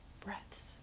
breaths